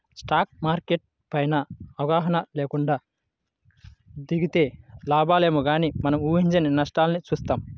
stock market పైన అవగాహన లేకుండా దిగితే లాభాలేమో గానీ మనం ఊహించని నష్టాల్ని చూత్తాం